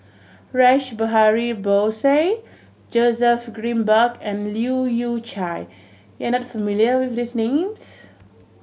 Rash Behari Bose Joseph Grimberg and Leu Yew Chye you are not familiar with these names